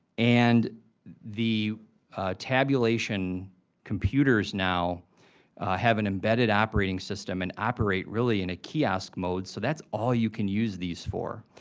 and the tabulation computers now have an embedded operating system, and operate really in a kiosk mode, so that's all you can use these for.